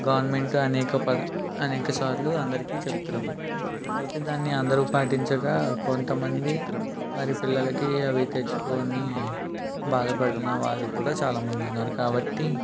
government అనేక ప అనేక సార్లు అందరికి చెప్తుంది అయితే దాన్ని అందరు పాటించక కొంతమంది వారి పిల్లలకి అవి తెచ్చుకొని బాధపడిన వారు కూడా చాలా మంది ఉన్నారు కాబట్టి